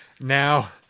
Now